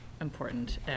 important